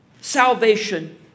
salvation